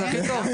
זה הכי טוב.